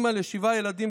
אימא לשבעה ילדים,